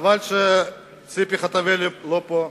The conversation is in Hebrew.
חבל שציפי חוטובלי לא פה.